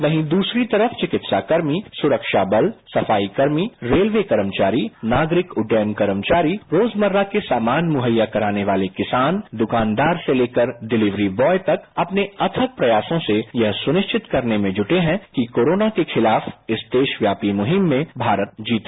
वहीं दूसरी तरफ चिकित्साकर्मी सुरक्षा बल सफाईकर्मी रेलवे कर्मचारी नागरिक उड्डयन कर्मचारी रोजमर्रा के सामान मुहैया कराने वाले किसान दुकानदार से लेकर डिलीवरी ब्याइज तक अपने अथक प्रयासों से यह सुनिश्चित करने में जुटे है कि कोरोना के खिलाफ देशव्यापी मुहिम में भारत जीते